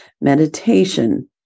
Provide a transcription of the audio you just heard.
meditation